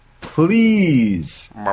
please